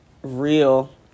real